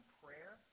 prayer